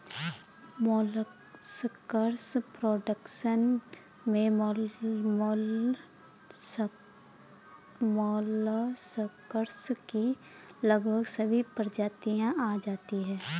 molluscs production में molluscs की लगभग सभी प्रजातियां आ जाती हैं